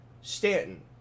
Stanton